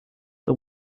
the